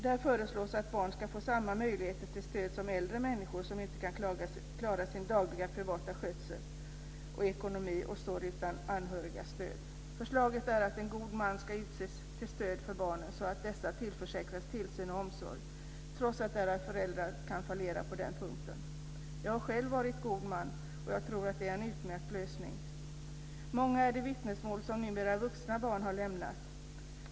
Där föreslås att barn ska få samma möjligheter till stöd som äldre människor som inte kan klara sin dagliga privata skötsel, som inte klarar ekonomin och som står utan stöd av anhöriga. Förslaget är att en god man ska utses till stöd för barnen så att dessa tillförsäkras tillsyn och omsorg trots att deras föräldrar kan fallera på den punkten. Jag har själv varit god man och tror att det är en utmärkt lösning. Många är de vittnesmål som numera vuxna barn har lämnat.